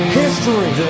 history